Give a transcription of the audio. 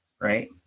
right